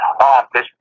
Office